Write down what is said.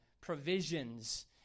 provisions